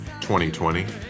2020